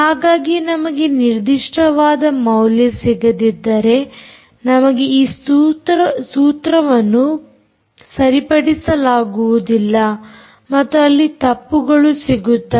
ಹಾಗಾಗಿ ನಮಗೆ ನಿರ್ದಿಷ್ಟ ವಾದ ಮೌಲ್ಯ ಸಿಗದಿದ್ದರೆ ನಮಗೆ ಈ ಸೂತ್ರವನ್ನು ಸರಿಪಡಿಸಲಾಗುವುದಿಲ್ಲ ಮತ್ತು ಅಲ್ಲಿ ತಪ್ಪುಗಳು ಸಿಗುತ್ತವೆ